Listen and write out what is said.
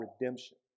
redemption